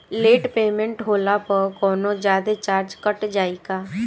Late payment होला पर कौनोजादे चार्ज कट जायी का?